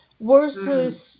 versus